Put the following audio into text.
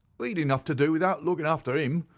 we'd enough to do without lookin' after him,